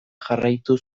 jarraitu